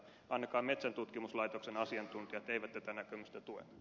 ainakaan metsäntutkimuslaitoksen asiantuntijat eivät tätä näkemystä tue